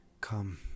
Come